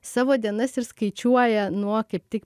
savo dienas ir skaičiuoja nuo kaip tik